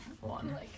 One